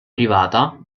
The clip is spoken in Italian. privata